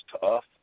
tough